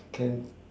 can